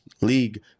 league